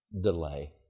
delay